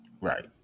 Right